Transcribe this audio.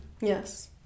Yes